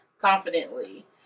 confidently